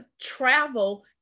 travel